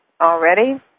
already